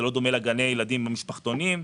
זה לא דומה לגני ילדים ומשפחתונים.